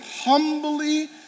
humbly